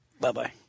Bye-bye